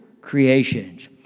creations